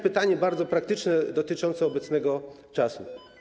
Pytanie bardzo praktyczne, dotyczące obecnego czasu.